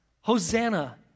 Hosanna